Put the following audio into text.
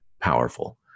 powerful